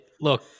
Look